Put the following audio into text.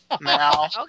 Now